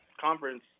conference